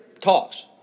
talks